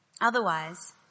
Otherwise